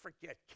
Forget